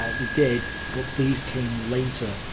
ah they did, but these came later,